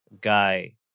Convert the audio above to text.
guy